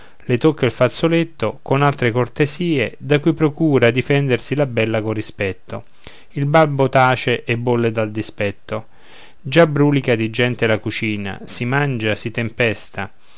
le tocca il fazzoletto con altre cortesie da cui procura difendersi la bella con rispetto il babbo tace e bolle dal dispetto già brulica di gente la cucina si mangia si tempesta